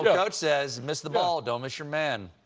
coach says miss the ball. don't miss your man.